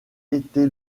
été